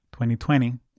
2020